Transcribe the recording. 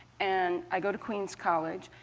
and i go to queens college.